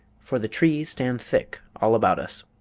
for the trees stand thick all about us.